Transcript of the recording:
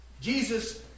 Jesus